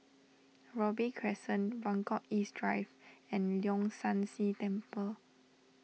Robey Crescent Buangkok East Drive and Leong San See Temple